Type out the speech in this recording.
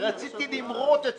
הפעם זו עצה טובה.